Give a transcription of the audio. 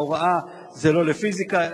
ובהוראה זה לא כמו בפיזיקה.